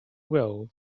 will